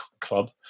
Club